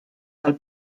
del